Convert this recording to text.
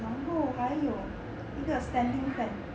然后还有一个 standing fan